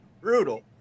brutal